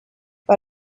but